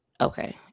okay